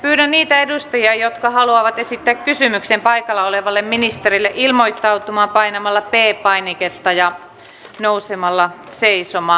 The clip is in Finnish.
pyydän niitä edustajia jotka haluavat esittää kysymyksen paikalla olevalle ministerille ilmoittautumaan painamalla p painiketta ja nousemalla seisomaan